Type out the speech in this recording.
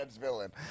villain